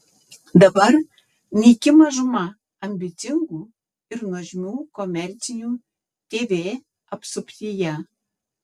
dabar nyki mažuma ambicingų ir nuožmių komercinių tv apsuptyje